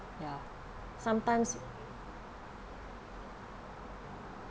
ya sometimes